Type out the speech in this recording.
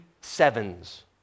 sevens